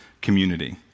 community